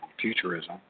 futurism